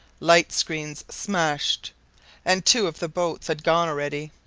light-screens smashed and two of the boats had gone already.